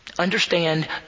Understand